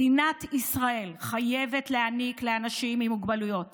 מדינת ישראל חייבת להעניק לאנשים עם מוגבלויות